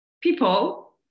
people